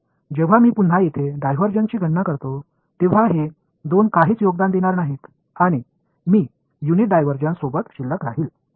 நான் இங்கு மீண்டும் டைவர்ஜென்ஸை கணக்கிடும்போது இந்த இரண்டு பேரும் ஒன்றிலும் பங்களிக்கப் போவதில்லை மேலும் யூனிட் டைவர்ஜென்ஸ் என்னிடம் உள்ளது